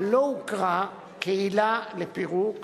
לא הוכרה בפסיקה כעילה לפירוק,